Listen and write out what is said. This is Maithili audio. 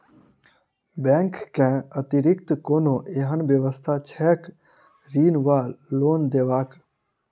बैंक केँ अतिरिक्त कोनो एहन व्यवस्था छैक ऋण वा लोनदेवाक?